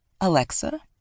Alexa